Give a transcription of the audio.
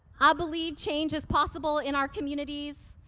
i believe change is possible in our communities.